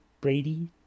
Brady